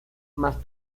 más